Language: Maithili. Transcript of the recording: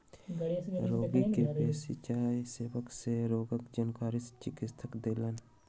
रोगी के बेसी चाय सेवन सँ रोगक जानकारी चिकित्सक देलैन